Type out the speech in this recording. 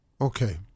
Okay